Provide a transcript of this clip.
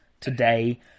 today